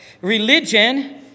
Religion